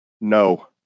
No